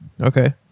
Okay